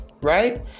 right